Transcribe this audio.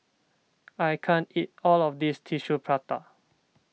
I can't eat all of this Tissue Prata